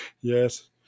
yes